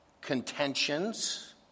contentions